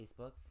Facebook